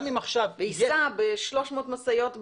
גם אם עכשיו --- וייסע ב-300 משאיות ביום.